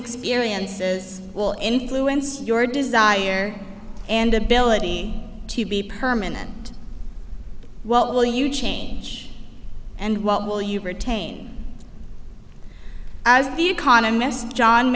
experiences will influence your desire and ability to be permanent what will you change and what will you retain as the economist john